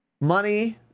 Money